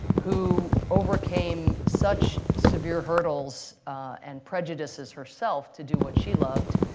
who overcame such severe hurdles and prejudices herself to do what she loved,